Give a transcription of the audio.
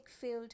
field